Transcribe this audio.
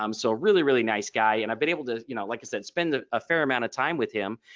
um so really, really nice guy and i've been able to. you know like i said spend a fair amount of time with him.